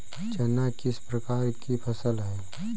चना किस प्रकार की फसल है?